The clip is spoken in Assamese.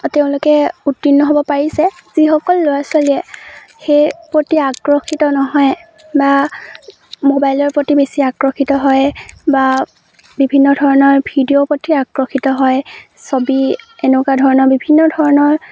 তেওঁলোকে উত্তীৰ্ণ হ'ব পাৰিছে যিসকল ল'ৰা ছোৱালীয়ে সেই প্ৰতি আকৰ্ষিত নহয় বা মোবাইলৰ প্ৰতি বেছি আকৰ্ষিত হয় বা বিভিন্ন ধৰণৰ ভিডিঅ'ৰ প্ৰতি আকৰ্ষিত হয় ছবি এনেকুৱা ধৰণৰ বিভিন্ন ধৰণৰ